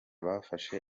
bafashe